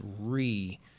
re